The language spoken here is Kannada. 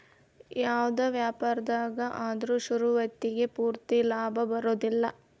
ಯಾವ್ದ ವ್ಯಾಪಾರ್ದಾಗ ಆದ್ರು ಶುರುವಾತಿಗೆ ಪೂರ್ತಿ ಲಾಭಾ ಬರೊದಿಲ್ಲಾ